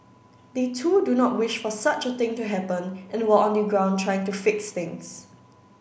they too do not wish for such a thing to happen and were on the ground trying to fix things